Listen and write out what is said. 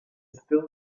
still